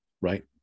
right